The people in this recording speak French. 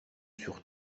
sur